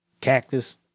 Cactus